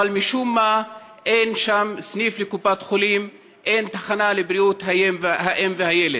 אבל משום מה אין בו סניף קופת חולים ואין תחנה לבריאות האם והילד.